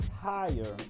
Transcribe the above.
higher